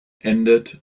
endet